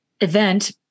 event